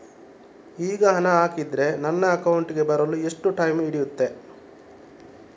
ಈಗ ಹಣ ಹಾಕಿದ್ರೆ ನನ್ನ ಅಕೌಂಟಿಗೆ ಬರಲು ಎಷ್ಟು ಟೈಮ್ ಹಿಡಿಯುತ್ತೆ?